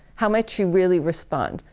how would she really respond?